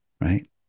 right